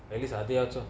at least they also